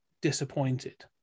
disappointed